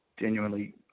genuinely